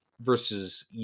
versus